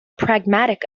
pragmatic